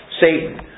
Satan